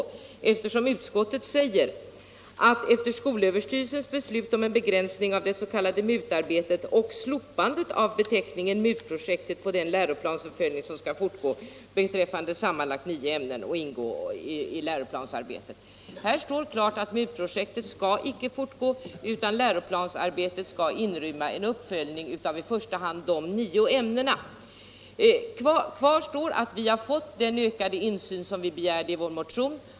Utskottet säger nämligen bl.a. följande: ”Efter skolöverstyrelsens beslut om en begränsning av det s.k. MUT arbetet och slopandet av beteckningen MUT-projektet på den läroplansuppföljning som skall fortgå beträffande sammanlagt nio ämnen och ingå i reguljärt läroplansarbete —---.” Det uttalas alltså klart att MUT-projektet inte skall fortgå utan att läroplansarbetet skall inrymma en uppföljning av i första hand de nio ämnena. Kvar står att vi har fått den 73 ökade insyn som vi begärde i vår motion.